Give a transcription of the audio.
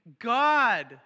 God